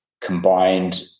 combined